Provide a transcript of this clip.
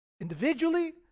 individually